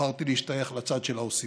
בחרתי להשתייך לצד של העושים.